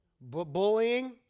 Bullying